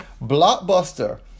blockbuster